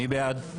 מי בעד?